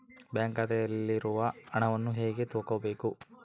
Bank ಖಾತೆಯಲ್ಲಿರುವ ಹಣವನ್ನು ಹೇಗೆ ತಗೋಬೇಕು?